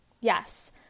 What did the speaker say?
yes